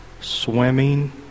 swimming